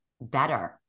better